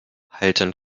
halten